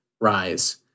rise